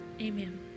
Amen